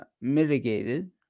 mitigated